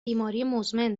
بیماریمزمن